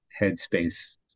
headspace